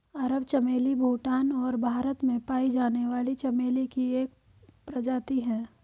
अरब चमेली भूटान और भारत में पाई जाने वाली चमेली की एक प्रजाति है